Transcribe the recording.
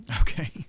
Okay